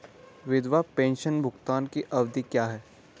विधवा पेंशन भुगतान की अवधि क्या है?